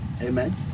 Amen